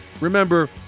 remember